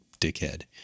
dickhead